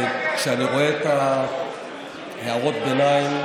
כשאני רואה את הערות הביניים,